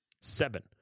Seven